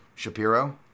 Shapiro